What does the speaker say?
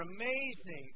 amazing